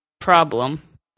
problem